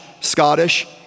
Scottish